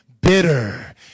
bitter